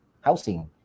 housing